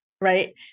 right